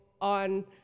on